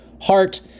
heart